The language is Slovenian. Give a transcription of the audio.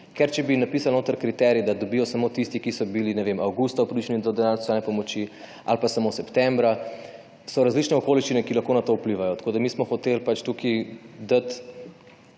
Ker če bi napisali notri kriterij, da dobijo samo tisti, ki so bili, ne vem, avgusta upravičeni do denarne socialne pomoči ali pa samo septembra, so različne okoliščine, ki lahko na to vplivajo. Tako, da mi smo hoteli pač tukaj dati